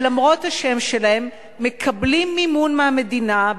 שלמרות השם שלהם מקבלים מימון מהמדינה,